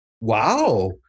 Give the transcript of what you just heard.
Wow